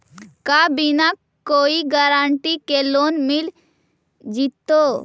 का बिना कोई गारंटी के लोन मिल जीईतै?